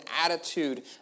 attitude